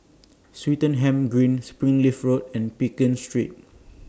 Swettenham Green Springleaf Road and Pekin Street